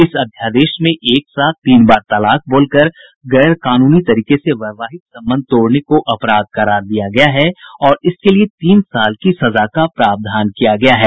इस अध्यादेश में एक साथ तीन बार तलाक बोलकर गैर कानूनी तरीके से वैवाहिक संबंध तोड़ने को अपराध करार दिया गया है और इसके लिए तीन साल की सजा का प्रावधान किया गया है